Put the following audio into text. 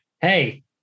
Hey